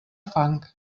fang